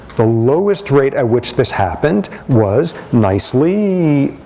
the lowest rate at which this happened was, nicely,